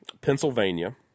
Pennsylvania